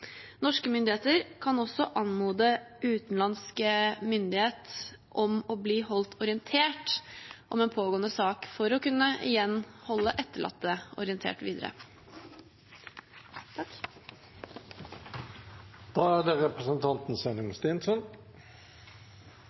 Norske myndigheter kan også anmode utenlandsk myndighet om å bli holdt orientert om en pågående sak for igjen å kunne holde etterlatte videre orientert.